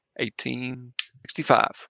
1865